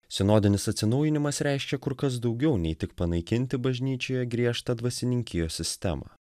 sinodinis atsinaujinimas reiškia kur kas daugiau nei tik panaikinti bažnyčioje griežtą dvasininkijos sistemą